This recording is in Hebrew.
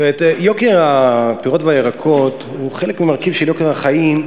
יוקר הפירות והירקות הוא חלק ממרכיב של יוקר החיים,